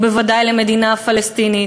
ובוודאי למדינה הפלסטינית.